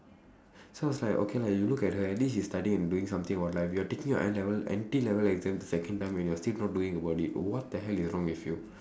so I was like okay lah you look at her at least she is studying and doing something about her life you are taking your N level N_T level exam the second time and you are still not doing about it what the hell is wrong with you